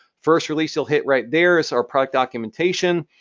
first release you'll hit right there is our product documentation,